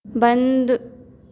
बंद